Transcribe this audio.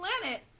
planet